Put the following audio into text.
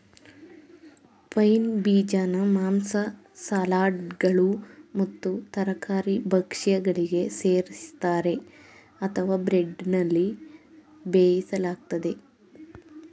pine ಬೀಜನ ಮಾಂಸ ಸಲಾಡ್ಗಳು ಮತ್ತು ತರಕಾರಿ ಭಕ್ಷ್ಯಗಳಿಗೆ ಸೇರಿಸ್ತರೆ ಅಥವಾ ಬ್ರೆಡ್ನಲ್ಲಿ ಬೇಯಿಸಲಾಗ್ತದೆ